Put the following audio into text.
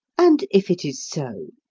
and if it is so?